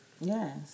Yes